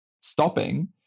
stopping